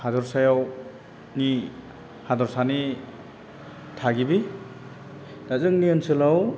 हादरसायाव नि हादरसानि थागिबि दा जोंनि ओनसोलाव